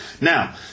Now